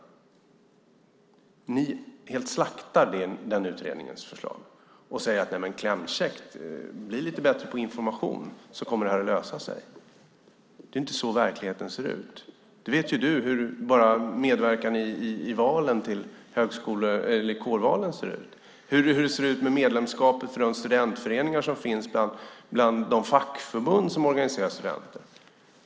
Ni slaktar utredningens förslag och säger lite klämkäckt att med bättre information kommer detta att lösa sig. Det är inte så verkligheten ser ut. Du vet hur medverkan i kårvalen ser ut och hur det ser ut med medlemskapet för de studentföreningar som finns bland de fackförbund som organiserar studenter.